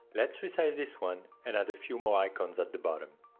let's resize this one and add a few more icons at the bottom.